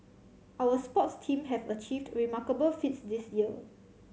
our sports team have achieved remarkable feats this year